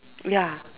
ya